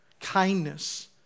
kindness